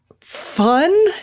fun